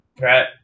right